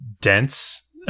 dense